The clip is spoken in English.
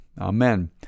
Amen